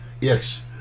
Yes